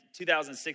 2006